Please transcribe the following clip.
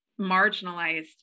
marginalized